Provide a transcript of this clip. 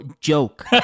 joke